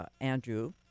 Andrew